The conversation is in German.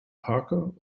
parker